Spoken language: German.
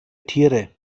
tiere